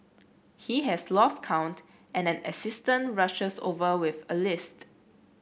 he has lost count and an assistant rushes over with a list